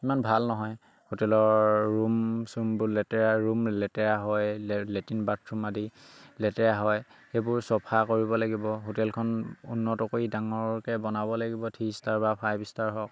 ইমান ভাল নহয় হোটেলৰ ৰুম চুমবোৰ লেতেৰা ৰুম লেতেৰা হয় লে লেট্ৰিন বাথৰুম আদি লেতেৰা হয় সেইবোৰ চাফা কৰিব লাগিব হোটেলখন উন্নত কৰি ডাঙৰকৈ বনাব লাগিব থ্ৰী ষ্টাৰ বা ফাইভ ষ্টাৰ হওক